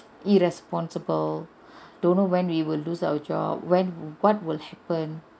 irresponsible don't know when we will lose our job when what will happen